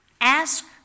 Ask